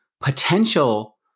potential